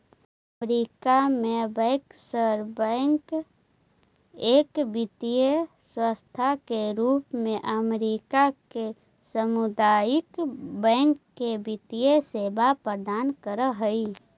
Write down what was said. America में bankers bank एक वित्तीय संस्था के रूप में अमेरिका के सामुदायिक बैंक के वित्तीय सेवा प्रदान कर हइ